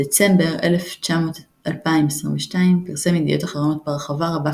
בדצמבר 2022 פרסם "ידיעות אחרונות" בהרחבה רבה